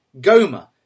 Goma